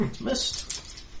Missed